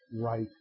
right